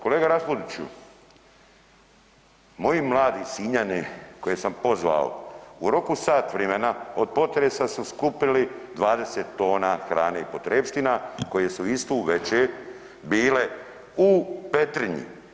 Kolega Raspudiću moji mladi Sinjani koje sam pozvao u roku sat vremena od potresa su skupili 20 tona hrane i potrepština koje su istu večer bile u Petrinji.